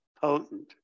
potent